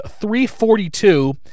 342